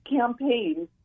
campaigns